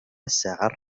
الساعة